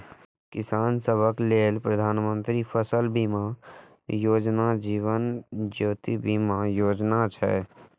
किसान सभक लेल प्रधानमंत्री फसल बीमा योजना, जीवन ज्योति बीमा योजना छै